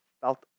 felt